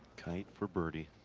for birdie.